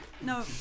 No